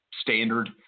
standard